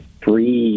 Free